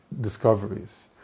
discoveries